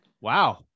wow